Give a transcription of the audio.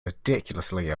ridiculously